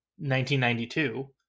1992